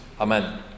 Amen